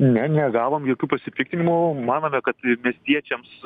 ne negavom jokių pasipiktinimų manome kad miestiečiams